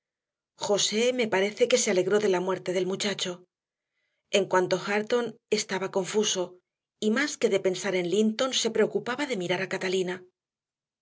josé me parece que se alegró de la muerte del muchacho en cuanto a hareton estaba confuso y más que de pensar en linton se preocupaba de mirar a catalina